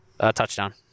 touchdown